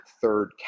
third